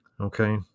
Okay